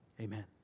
Amen